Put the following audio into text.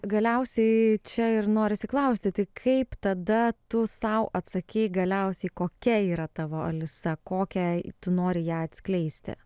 galiausiai čia ir norisi klausti tai kaip tada tu sau atsakei galiausiai kokia yra tavo alisa kokią tu nori ją atskleisti